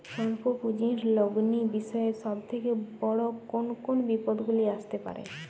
স্বল্প পুঁজির লগ্নি বিষয়ে সব থেকে বড় কোন কোন বিপদগুলি আসতে পারে?